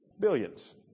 Billions